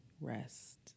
rest